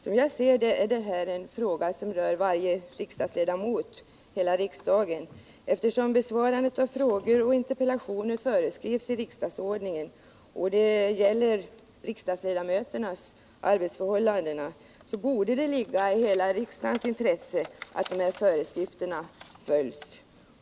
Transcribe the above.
Som jag ser det, är det här en fråga som rör varje riksdagsledamot, hela riksdagen. Eftersom besvarandet av frågor och interpellationer föreskrivs i riksdagsordningen och diskussionen gäller riksdagsledamöternas arbetsförhållanden, borde det ligga i hela riksdagens intresse att föreskrifterna följs.